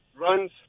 runs